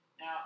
Now